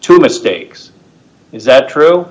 to mistakes is that true